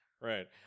Right